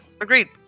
Agreed